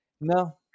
no